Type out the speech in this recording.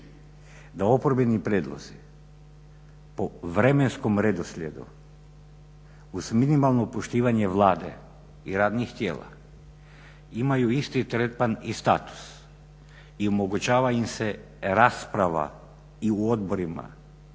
da oporbeni prijedlozi po vremenskom redoslijedu uz minimalno poštivanje Vlade i radnih tijela imaju isti tretman i status i omogućava im se rasprava i u odborima